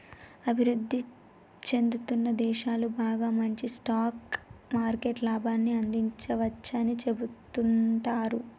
అభివృద్ధి చెందుతున్న దేశాలు బాగా మంచి స్టాక్ మార్కెట్ లాభాన్ని అందించవచ్చని సెబుతుంటారు